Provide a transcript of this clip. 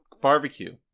barbecue